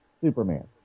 Superman